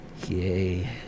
yay